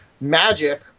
magic